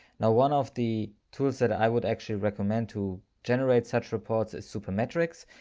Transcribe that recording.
now, one of the tools that i would actually recommend to generate such reports is supermetrics.